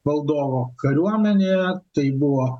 valdovo kariuomenė tai buvo